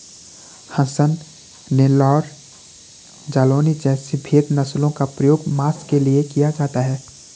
हसन, नेल्लौर, जालौनी जैसी भेद नस्लों का प्रयोग मांस के लिए किया जाता है